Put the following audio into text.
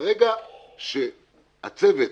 וברגע שהצוות,